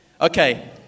Okay